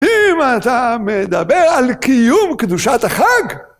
אם אתה מדבר על קיום קדושת החג!